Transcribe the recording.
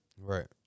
Right